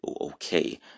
okay